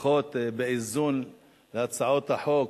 לפחות באיזון להצעות החוק,